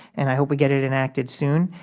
and i hope we get it enacted soon,